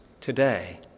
today